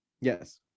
yes